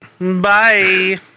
Bye